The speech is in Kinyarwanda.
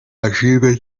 ashinjwa